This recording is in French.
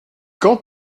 quand